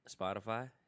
Spotify